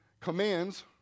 commands